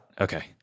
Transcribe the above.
Okay